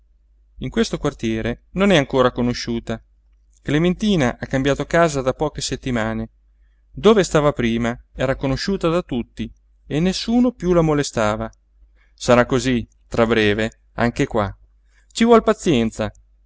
in questo quartiere non è ancora conosciuta clementina ha cambiato casa da poche settimane dove stava prima era conosciuta da tutti e nessuno piú la molestava sarà cosí tra breve anche qua ci vuol pazienza